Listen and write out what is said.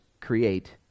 create